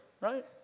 right